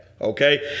Okay